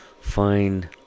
find